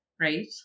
Right